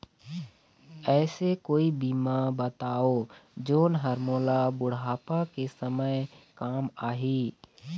ऐसे कोई बीमा बताव जोन हर मोला बुढ़ापा के समय काम आही?